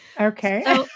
Okay